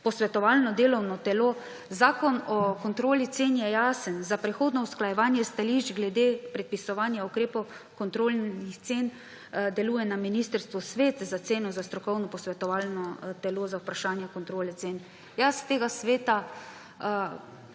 posvetovalno delovno telo. Zakon o kontroli cen je jasen. Za prihodno usklajevanje stališče glede predpisovanja ukrepov kontrole cen deluje na ministrstvu svet za ceno, strokovno posvetovalno telo za vprašanja kontrole cen. Jaz tega sveta,